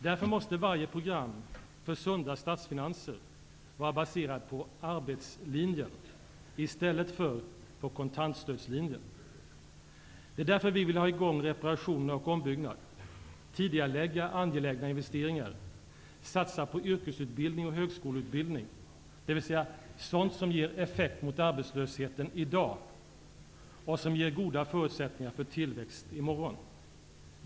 Därför måste varje program för sunda statsfinanser vara baserad på arbetslinjen i stället för på kontantstödslinjen. Det är därför vi vill ha i gång reparationer och ombyggnader, tidigarelägga angelägna investeringar, satsa på yrkesutbildning och högskoleutbildning. Dvs. sådant som ger effekt mot arbetslösheten i dag och som ger goda förutsättningar för tillväxt i morgon.